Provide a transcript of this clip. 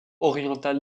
oriental